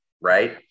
Right